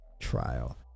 trial